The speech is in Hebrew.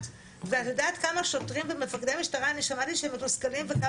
ואת יודעת כמה שוטרים ומפקדי משטרה אני שמעתי שהם מתוסכלים --- אם